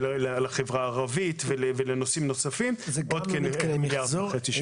לחברה הערבית ולנושאים נוספים - של עוד כמיליארד וחצי שקל.